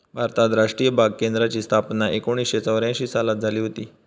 भारतात राष्ट्रीय बाग केंद्राची स्थापना एकोणीसशे चौऱ्यांशी सालात झाली हुती